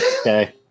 Okay